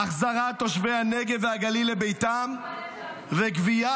החזרת תושבי הנגב והגליל לביתם וגביית